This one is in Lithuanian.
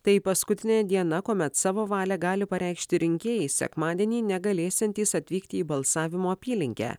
tai paskutinė diena kuomet savo valią gali pareikšti rinkėjai sekmadienį negalėsiantys atvykti į balsavimo apylinkę